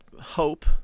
hope